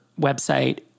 website